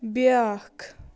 بیٛاکھ